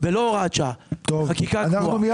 לא הוראת שעה אלא חקיקה קבועה.